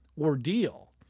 ordeal